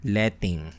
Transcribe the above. letting